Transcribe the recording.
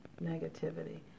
negativity